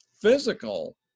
physical